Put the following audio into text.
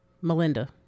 melinda